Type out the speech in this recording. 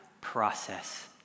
process